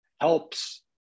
helps